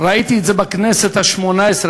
ראיתי את זה בכנסת השמונה-עשרה,